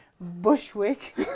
Bushwick